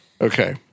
Okay